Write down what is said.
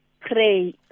pray